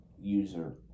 user